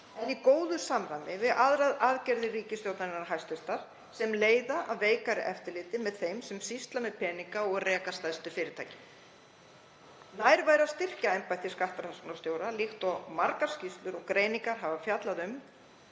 en í góðu samræmi við aðrar aðgerðir hæstv. ríkisstjórnar sem leiða af veikara eftirliti með þeim sem sýsla með peninga og reka stærstu fyrirtækin. Nær væri að styrkja embætti skattrannsóknarstjóra líkt og margar skýrslur og greiningar hafa fjallað um